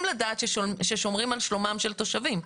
לדעת ששומרים על שלומם של התושבים?